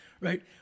right